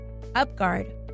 UpGuard